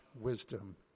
wisdom